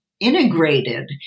Integrated